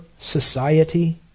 society